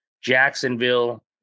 Jacksonville